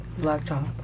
Blacktop